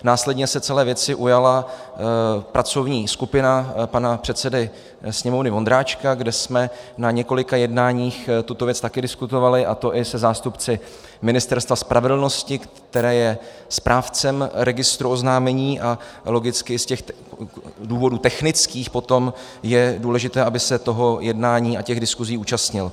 Následně se celé věci ujala pracovní skupina pana předsedy Sněmovny Vondráčka, kde jsme na několika jednáních tuto věc také diskutovali, a to i se zástupci Ministerstva spravedlnosti, které je správcem registru oznámení, a logicky z těch důvodů technických potom je důležité, aby se jednání a diskusí účastnilo.